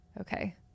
okay